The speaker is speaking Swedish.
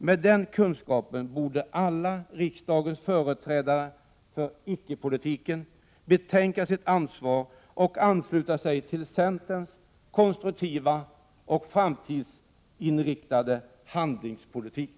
Med den kunskapen borde alla riksdagens företrädare för icke-politiken betänka sitt ansvar och ansluta sig till centerns konstruktiva och framtidsinriktade handlings-politik.